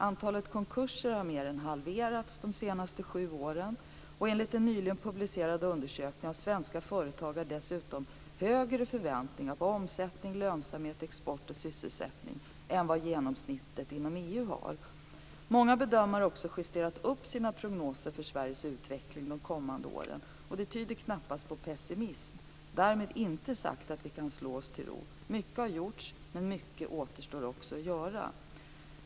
Antalet konkurser har mer än halverats de senaste sju åren, och enligt en nyligen publicerad undersökning har svenska företagare dessutom högre förväntningar på omsättning, lönsamhet, export och sysselsättning än vad genomsnittet inom EU har. Många bedömare har också justerat upp sina prognoser för Sveriges utveckling de kommande åren. Det tyder knappast på pessimism. Därmed inte sagt att vi kan slå oss till ro. Mycket har gjorts, men mycket återstår också att göra.